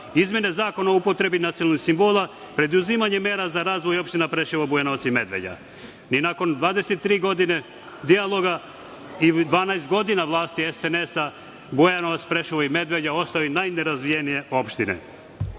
izmene Zakona o upotrebi nacionalnih simbola, preduzimanje mera za razvoj opština Preševo, Bujanovac i Medveđa. I nakon 23 godine dijaloga i 12 godina vlasti SNS, Bujanovac, Preševo i Medveđa ostaju najnerazvijenije opštine. Mandatar